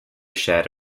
shared